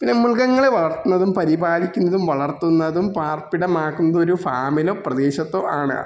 പിന്നെ മൃഗങ്ങളെ വളർത്തുന്നതും പരിപാലിക്കുന്നതും വളർത്തുന്നതും പാർപ്പിടം മാറ്റുന്നത് ഒരു ഫാമിലോ പ്രദേശത്തോ ആണ്